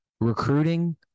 recruiting